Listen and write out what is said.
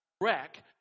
wreck